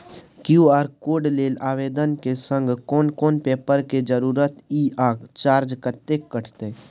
QR code लेल आवेदन के संग कोन कोन पेपर के जरूरत इ आ चार्ज कत्ते कटते?